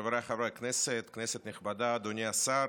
חבריי חברי הכנסת, כנסת נכבדה, אדוני השר,